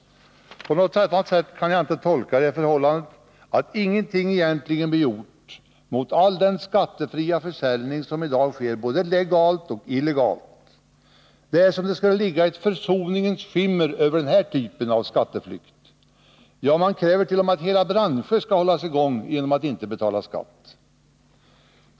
På något annat sätt kan jag inte tolka det förhållandet att ingenting egentligen blir gjort mot all den skattefria försäljning som i dag sker både legalt och illegalt. Det är som om det skulle ligga ett försoningens skimmer över denna typ av skatteflykt. Ja, man kräver att hela branscher skall hållas i gång genom att inte betala skatt.